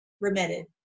remitted